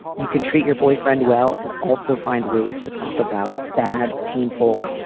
you can treat your boyfriend well and also find ways to talk about bad, painful,